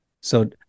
So-